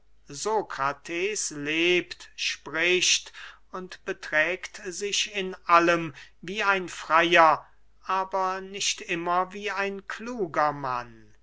sokrates lebt spricht und beträgt sich in allem wie ein freyer aber nicht immer wie ein kluger mann